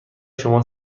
شما